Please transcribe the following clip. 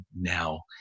now